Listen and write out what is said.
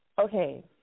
Okay